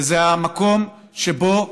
וזה המקום שבו